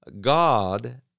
God